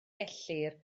gellir